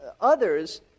others